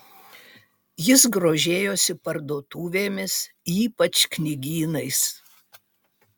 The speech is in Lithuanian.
jis grožėjosi parduotuvėmis ypač knygynais